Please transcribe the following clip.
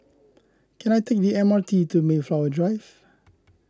can I take the M R T to Mayflower Drive